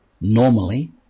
normally